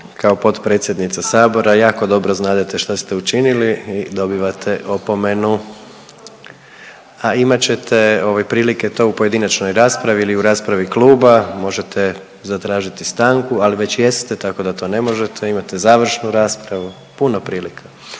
Kao potpredsjednica Sabora jako dobro znadete što ste učinili i dobivate opomenu. A imat ćete prilike to u pojedinačnoj raspravi ili u raspravi kluba možete zatražiti stanku, ali već jeste tako da to ne možete imate završnu raspravu, puno prilika.